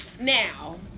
Now